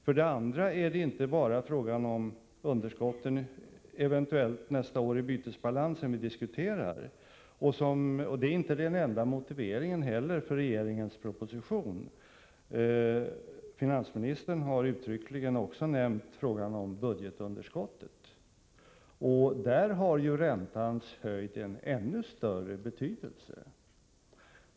För det andra är det inte bara nästa års eventuella underskott i bytesbalansen som vi diskuterar, och det är inte heller den enda motiveringen för regeringens proposition. Finansministern har uttryckligen också nämnt frågan om budgetunderskottet. Där har räntans höjd en ännu större betydelse.